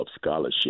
Scholarship